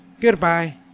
Goodbye